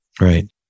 Right